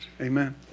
Amen